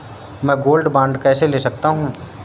मैं gold bond कैसे ले सकता हूँ?